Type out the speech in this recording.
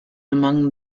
among